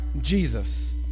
Jesus